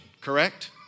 Correct